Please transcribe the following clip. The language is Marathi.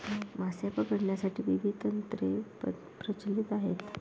मासे पकडण्यासाठी विविध तंत्रे प्रचलित आहेत